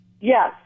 Yes